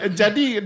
jadi